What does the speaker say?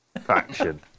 faction